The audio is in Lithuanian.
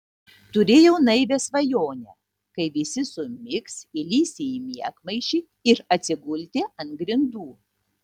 turėjau naivią svajonę kai visi sumigs įlįsti į miegmaišį ir atsigulti ant grindų